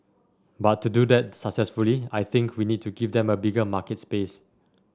but to do that successfully I think we need to give them a bigger market space